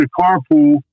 carpool